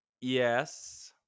Yes